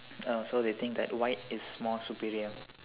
oh so they think that white is more superior